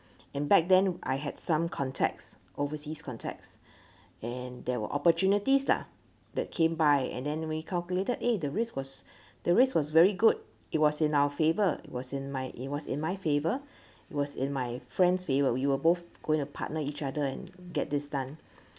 and back then I had some contacts overseas contacts and there were opportunities lah that came by and then we calculated eh the risk was the risk was very good it was in our favour it was in my it was in my favour was in my friend's favour we were both going to partner each other and get this done